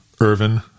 Irvin